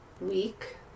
week